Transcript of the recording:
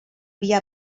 havia